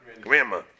Grandma